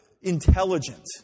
intelligent